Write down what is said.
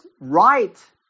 right